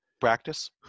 Practice